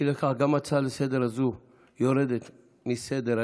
אי לכך, גם ההצעה הזו יורדת מסדר-היום.